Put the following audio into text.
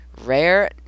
Rare